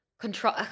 Control